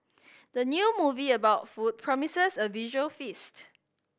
the new movie about food promises a visual feast